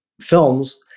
films